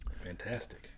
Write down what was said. Fantastic